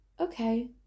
okay